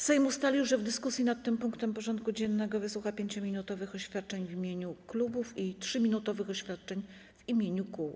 Sejm ustalił, że w dyskusji nad tym punktem porządku dziennego wysłucha 5-minutowych oświadczeń w imieniu klubów i 3-minutowych oświadczeń w imieniu kół.